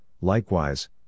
likewise